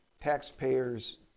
taxpayers